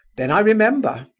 then i remember,